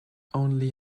only